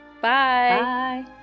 bye